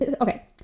Okay